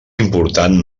important